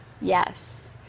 Yes